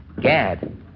Gad